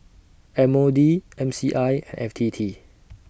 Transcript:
M O D M C I and F T T